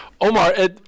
Omar